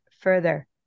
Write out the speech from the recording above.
further